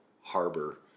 harbor